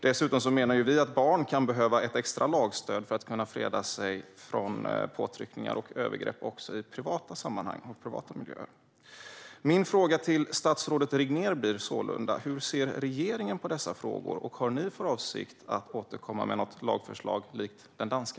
Dessutom menar vi att barn kan behöva ett extra lagstöd för att kunna freda sig mot påtryckningar och övergrepp också i privata sammanhang och miljöer. Min fråga till statsrådet Regnér blir sålunda: Hur ser regeringen på dessa frågor? Har ni för avsikt att återkomma med ett lagförslag likt det danska?